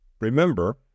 Remember